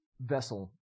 vessel